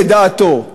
לדעתו?